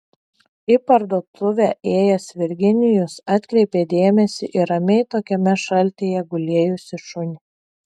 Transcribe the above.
į parduotuvę ėjęs virginijus atkreipė dėmesį į ramiai tokiame šaltyje gulėjusį šunį